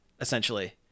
essentially